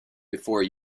before